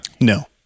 No